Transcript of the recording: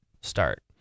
start